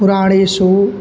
पुराणेषु